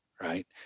right